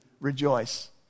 rejoice